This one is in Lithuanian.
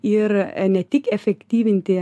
ir ne tik efektyvinti